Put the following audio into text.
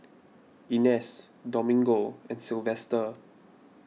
Ines Domingo and Sylvester